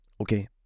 okay